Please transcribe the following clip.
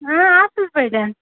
اۭں اَصٕل پٲٹھۍ